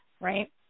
right